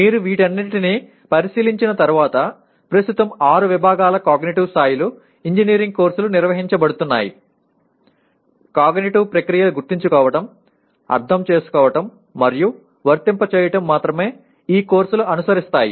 మీరు వీటన్నింటినీ పరిశీలించిన తర్వాత ప్రస్తుతం ఆరు విభాగాల కాగ్నిటివ్ స్థాయిలు ఇంజనీరింగ్ కోర్సులు నిర్వహించబడుతున్నాయి కాగ్నిటివ్ ప్రక్రియలు గుర్తుంచుకోవటం అర్థం చేసుకోవటం మరియు వర్తింపజేయటం మాత్రమే ఈ కోర్సులు అనుసరిస్తాయి